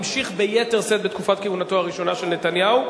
המשיך ביתר שאת בתקופת כהונתו הראשונה של נתניהו,